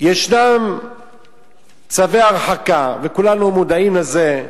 שיש צווי הרחקה, וכולנו מודעים לזה,